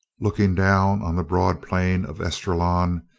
looking down on the broad plain of esdraelon.